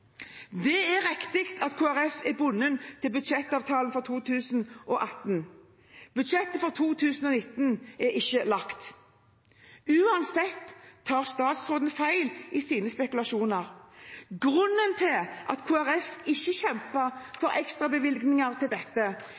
Det er riktig at Kristelig Folkeparti er bundet til budsjettavtalen for 2018. Budsjettet for 2019 er ikke lagt. Uansett tar statsråden feil i sine spekulasjoner. Grunnen til at Kristelig Folkeparti ikke kjempet for ekstrabevilgninger til dette,